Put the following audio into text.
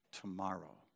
tomorrow